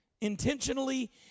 Intentionally